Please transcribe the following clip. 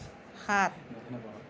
সাত